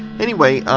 anyway,